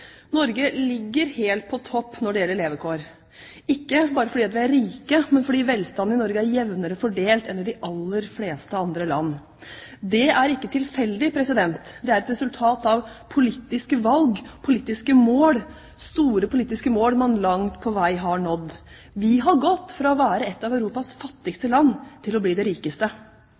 Norge ligger helt på topp når det gjelder levekår – ikke bare fordi vi er rike, men fordi velstanden i Norge er jevnere fordelt enn i de aller fleste andre land. Det er ikke tilfeldig. Det er et resultat av politiske valg og store politiske mål som man langt på vei har nådd. Vi har gått fra å være et av Europas fattigste land til å bli det rikeste